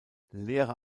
lehrer